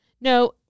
No